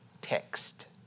text